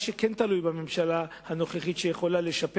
מה שכן תלוי בממשלה הנוכחית הוא שהיא שיכולה לשפר